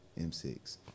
M6